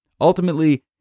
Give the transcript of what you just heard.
Ultimately